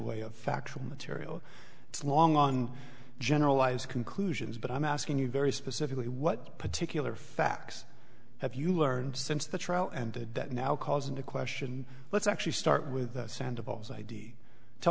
way of factual material it's long on generalized conclusions but i'm asking you very specifically what particular facts have you learned since the trial ended that now calls into question let's actually start with sandoval's i d tell